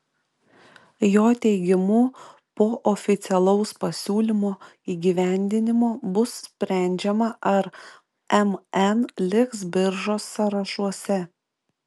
jo teigimu po oficialaus pasiūlymo įgyvendinimo bus sprendžiama ar mn liks biržos sąrašuose